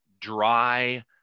dry